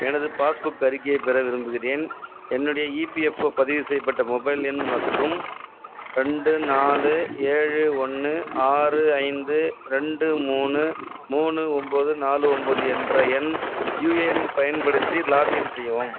எனது passbook அறிக்கையைப் பெற விரும்புகிறேன் என்னுடைய இபிஎஃப்ஒ பதிவு செய்யப்பட்ட மொபைல் எண் மற்றும் ரெண்டு நாலு ஏழு ஒன்று ஆறு ஐந்து ரெண்டு மூணு மூணு ஒன்பது நாலு ஒன்பது என்ற எண் யூஏஎன் பயன்படுத்தி லாக்இன் செய்யவும்